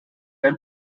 ein